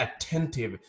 attentive